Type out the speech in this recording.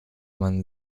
man